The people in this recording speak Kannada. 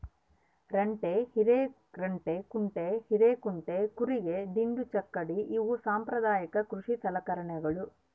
ರಂಟೆ ಹಿರೆರಂಟೆಕುಂಟೆ ಹಿರೇಕುಂಟೆ ಕೂರಿಗೆ ದಿಂಡು ಚಕ್ಕಡಿ ಇವು ಸಾಂಪ್ರದಾಯಿಕ ಕೃಷಿ ಸಲಕರಣೆಗಳು